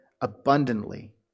abundantly